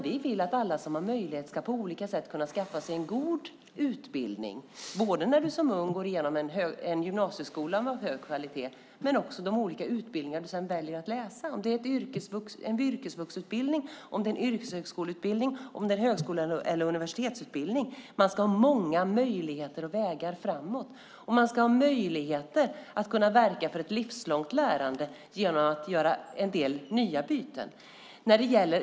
Vi vill att alla som har möjlighet ska få skaffa sig en utbildning av god kvalitet, både som ung i gymnasieskolan och i de utbildningar som man sedan väljer att läsa, oavsett om det är en yrkesvuxutbildning, en yrkeshögskoleutbildning eller en högskole eller universitetsutbildning. Man ska ha många möjligheter och vägar framåt. Och man ska ha möjligheter till ett livslångt lärande genom att göra en del byten.